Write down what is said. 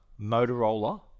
Motorola